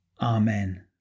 Amen